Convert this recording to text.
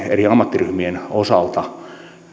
eri ammattiryhmien osalta